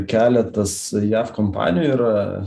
keletas jav kompanijų yra